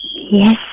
Yes